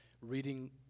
reading